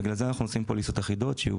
ובגלל זה אנחנו עושים פוליסות אחידות שיהיו